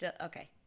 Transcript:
Okay